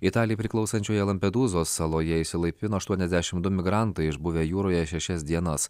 italijai priklausančioje lampedūzos saloje išsilaipino aštuoniasdešimt du migrantai išbuvę jūroje šešias dienas